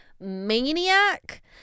maniac